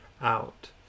out